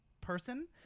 person